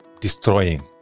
destroying